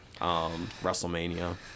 WrestleMania